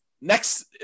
next